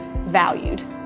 valued